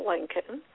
Lincoln